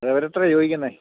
അവർ എത്രയാണ് ചോദിക്കുന്നത്